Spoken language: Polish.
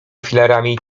filarami